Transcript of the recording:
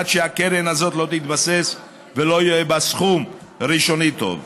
עד שהקרן הזאת תתבסס ויהיה בה סכום ראשוני טוב.